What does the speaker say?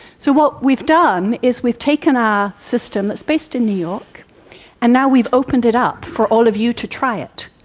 so what we've done is we've taken our system that is based in new york and now we've opened it up for all of you to try it.